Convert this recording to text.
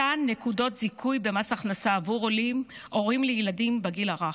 עם מתן נקודות זיכוי במס הכנסה עבור עולים הורים לילדים בגיל הרך.